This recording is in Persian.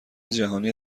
جهانی